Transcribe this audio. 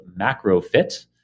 Macrofit